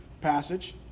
passage